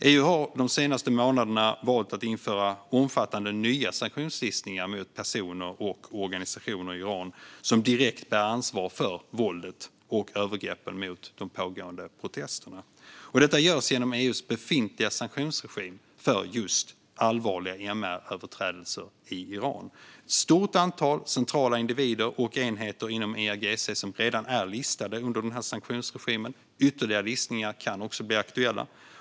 EU har de senaste månaderna valt att införa omfattande nya sanktionslistningar mot personer och organisationer i Iran som direkt bär ansvar för våldet och övergreppen i samband med de pågående protesterna. Detta görs genom EU:s befintliga sanktionsregim för allvarliga MR-överträdelser i Iran. Ett stort antal centrala individer och enheter inom IRGC är redan listade under sanktionsregimen, och ytterligare listningar kan bli aktuella.